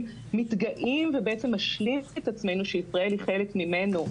מתגאים ומשלים את עצמנו שישראל היא חלק ממנו,